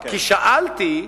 כי שאלתי.